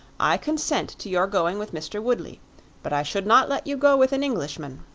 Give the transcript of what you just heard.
i consent to your going with mr. woodley but i should not let you go with an englishman.